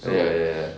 ya ya ya